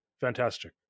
fantastic